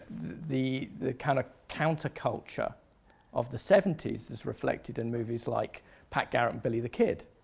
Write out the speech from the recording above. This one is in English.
the the kind of counterculture of the seventy s is reflected in movies like pat garrett and billy the kid.